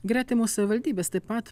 gretimos savivaldybės taip pat